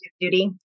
duty